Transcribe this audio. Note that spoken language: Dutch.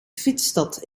fietsstad